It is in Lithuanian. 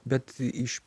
bet iš